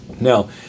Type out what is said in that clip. Now